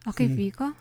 o kaip vyko